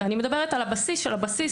ואני מדברת על הבסיס של הבסיס,